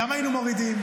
גם היינו מורידים.